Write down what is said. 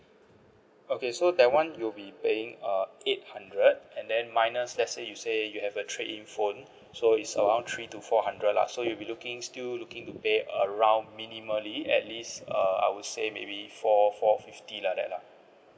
okay so that [one] you'll be paying uh eight hundred and then minus let's say you say you have a trade in phone so it's around three to four hundred lah so you'll be looking still looking to pay around minimally at least uh I would say maybe four four fifty like that lah